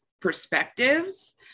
perspectives